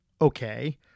okay